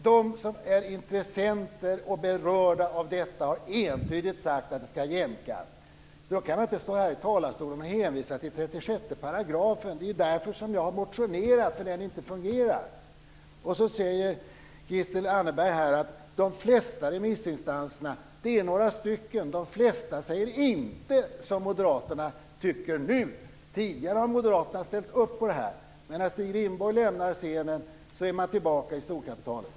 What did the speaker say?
De som är intressenter och berörda av detta har entydigt sagt att det ska jämkas. Då kan man inte stå i riksdagens talarstol och hänvisa till 36 §. Jag har motionerat just därför att den inte fungerar. Christel Anderberg talar om "de flesta remissinstanserna", men de är endast några stycken. De flesta säger inte som Moderaterna nu tycker. Tidigare har Moderaterna ställt upp på det här, men sedan Stig Rindborg lämnade scenen är man tillbaka i storkapitalet.